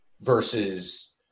versus